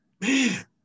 man